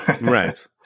Right